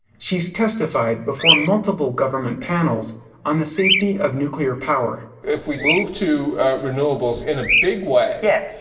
she's testified before multiple government panels on the safety of nuclear power. if we move to renewables in a big way yeah.